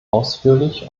ausführlich